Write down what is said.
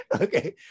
okay